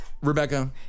Rebecca